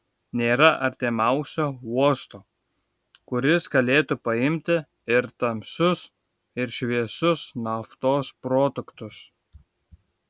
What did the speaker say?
nėra artimiausio uosto kuris galėtų paimti ir tamsius ir šviesius naftos produktus